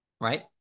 right